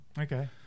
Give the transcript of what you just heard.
Okay